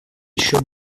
еще